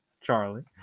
Charlie